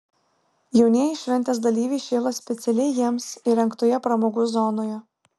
jaunieji šventės dalyviai šėlo specialiai jiems įrengtoje pramogų zonoje